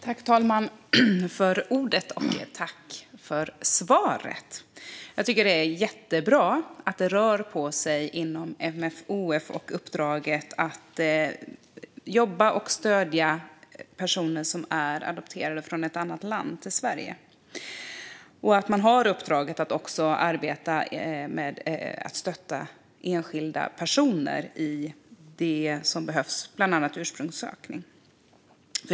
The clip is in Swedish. Fru talman! Tack, statsrådet, för svaret! Jag tycker att det är jättebra att det rör på sig inom MFoF och uppdraget att stödja personer som är adopterade från ett annat land till Sverige. Det är också bra att man har uppdraget att arbeta med att stötta enskilda personer i det som behövs, bland annat ursprungssökning.